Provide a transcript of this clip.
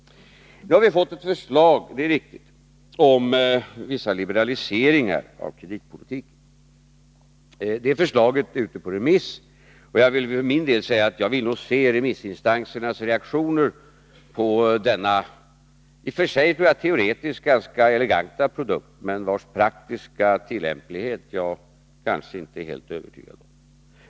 Nu har vi fått ett förslag — det är riktigt — om vissa liberaliseringar av kreditpolitiken. Det förslaget är ute på remiss. Jag vill för min del se remissinstansernas reaktioner på denna i och för sig teoretiskt ganska eleganta produkt, vars praktiska tillämplighet jag kanske inte är helt övertygad om.